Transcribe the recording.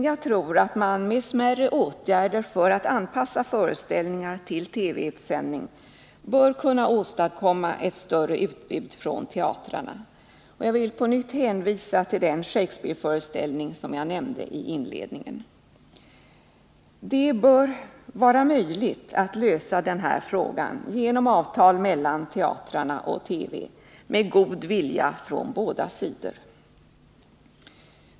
Jag tror att man med smärre åtgärder för att anpassa föreställningar till TV-utsändning bör kunna åstadkomma ett större utbud från teatrarna, och jag vill på nytt hänvisa till den Shakespeareföreställning som jag nämnde i inledningen. Det bör vara möjligt att lösa denna fråga genom avtal mellan teatrarna och TV, om man visar god vilja från båda sidor.